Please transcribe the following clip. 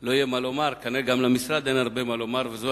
לא יהיה מה לומר, כנראה גם למשרד אין מה לומר, וזו